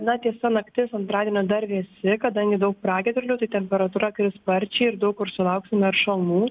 na tiesa naktis antradienio dar vėsi kadangi daug pragiedrulių tai temperatūra kris sparčiai ir daug kur sulauksime ir šalnų